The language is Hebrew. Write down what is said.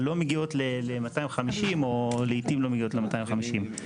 אבל לא מגיעות ל-250 או לעיתים לא מגיעות ל-250.